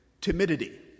timidity